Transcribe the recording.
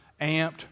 Amped